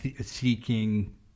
seeking